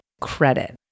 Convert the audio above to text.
credit